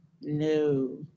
No